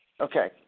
Okay